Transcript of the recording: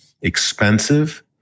expensive